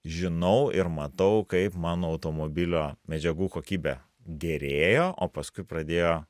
žinau ir matau kaip mano automobilio medžiagų kokybė gerėjo o paskui pradėjo